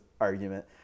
argument